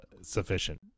sufficient